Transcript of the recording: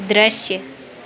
दृश्य